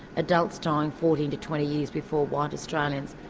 adults dying fourteen to twenty years before white australians,